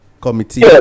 committee